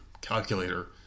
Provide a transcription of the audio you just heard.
calculator